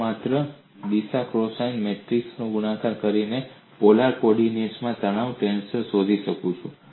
હું માત્ર દિશા કોસાઇન મેટ્રિક્સનો ગુણાકાર કરીને પોલાર કો ઓર્ડિનેટ્સમાં તણાવ ટેન્સર શોધી શકું છું